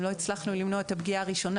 אם לא הצלחנו למנוע את הפגיעה הראשונה,